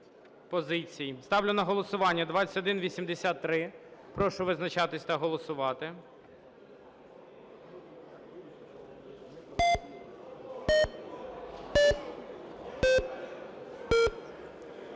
Ставлю на голосування 2183. Прошу визначатися та голосувати.